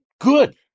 good